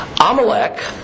Amalek